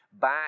back